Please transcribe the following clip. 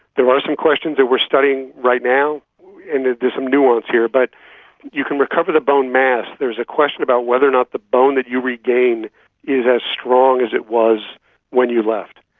there are some questions that we are studying right now and there's some nuance here, but you can recover the bone mass, there's a question about whether or not the bone that you regained is as strong as it was when you left,